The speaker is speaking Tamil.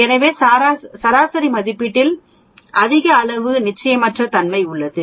எனவே சராசரி மதிப்பீட்டில் அதிக அளவு நிச்சயமற்ற தன்மை உள்ளது